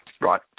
Right